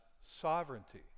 sovereignty